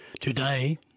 Today